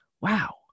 wow